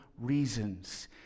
reasons